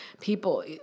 people